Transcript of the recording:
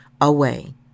away